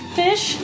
fish